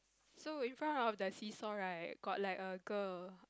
so in front of the seesaw right got like a girl